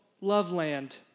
Loveland